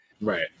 Right